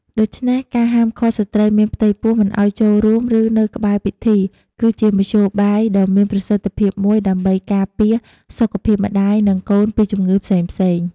ដូច្នេះ ការហាមឃាត់ស្ត្រីមានផ្ទៃពោះមិនឲ្យចូលរួម ឬនៅក្បែរពិធី គឺជាមធ្យោបាយដ៏មានប្រសិទ្ធភាពមួយដើម្បីការពារសុខភាពម្តាយ និងកូនពីជំងឺផ្សេងៗ។